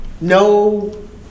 no